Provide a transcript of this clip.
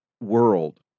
world